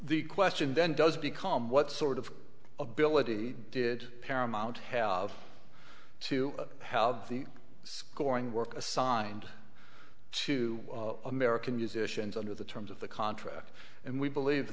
the question then does become what sort of ability did paramount have to have the scoring work assigned to american musicians under the terms of the contract and we believe